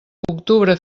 octubre